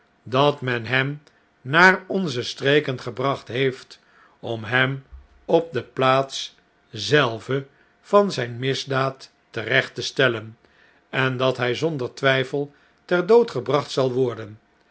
dat men hem naar onze streken gebracht heeft om hem op de plaats zelve van zjjne misdaad terecht te stellen en dat hij zonder twijfel ter dood gebracht zal worden